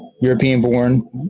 European-born